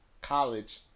college